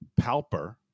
palper